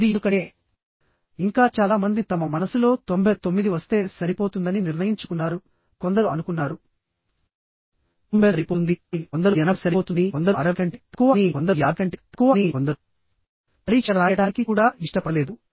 అది ఎందుకంటే ఇంకా చాలా మంది తమ మనసులో 99 వస్తే సరిపోతుందని నిర్ణయించుకున్నారు కొందరు అనుకున్నారు 90 సరిపోతుంది అని కొందరు 80 సరిపోతుందని కొందరు 60 కంటే తక్కువ అని కొందరు 50 కంటే తక్కువ అని కొందరు పరీక్ష రాయడానికి కూడా ఇష్టపడలేదు